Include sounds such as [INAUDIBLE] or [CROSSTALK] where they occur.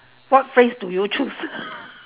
what phrase do you choose [LAUGHS]